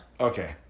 Okay